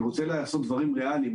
אני רוצה לעשות דברים ריאליים,